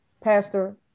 Pastor